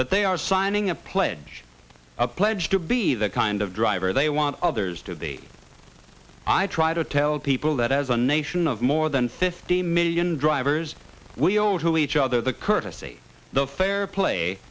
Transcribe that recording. that they are signing a pledge a pledge to be the kind of driver they want others to be i try to tell people that as a nation of more than fifty million drivers we owe it to each other the courtesy the fair play